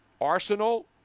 Arsenal